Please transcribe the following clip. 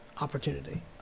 opportunity